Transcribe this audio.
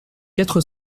quatre